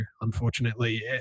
unfortunately